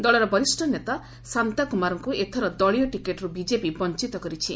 ଦଳର ବରିଷ୍ଣ ନେତା ଶାନ୍ତାକୁମାରଙ୍କୁ ଏଥର ଦଳୀୟ ଟିକେଟ୍ରୁ ବିଜେପି ବଞ୍ଚତ କରିଛି